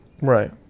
Right